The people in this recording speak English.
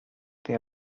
they